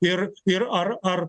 ir ir ar ar